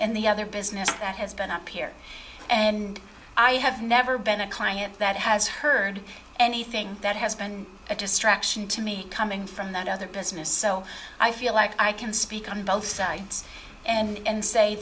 in the other business that has been up here and i have never been a client that has heard anything that has been a distraction to me coming from that other business so i feel like i can speak on both sides and